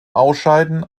ausscheiden